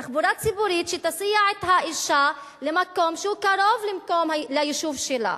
תחבורה ציבורית שתסיע את האשה למקום שהוא קרוב ליישוב שלה.